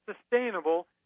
sustainable